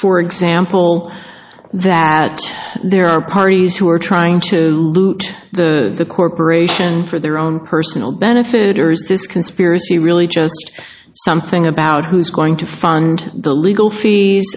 for example that there are parties who are trying to loot the corporation for their own personal benefit or is this conspiracy really just something about who's going to fund the legal fees